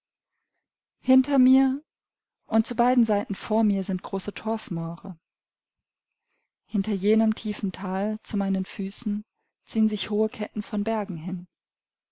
hinter mir und zu beiden seiten von mir sind große torfmoore hinter jenem tiefen thal zu meinen füßen ziehen sich hohe ketten von bergen hin